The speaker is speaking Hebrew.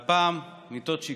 והפעם, מיטות שיקום.